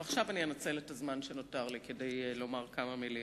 עכשיו אני אנצל את הזמן שנותר לי כדי לומר כמה מלים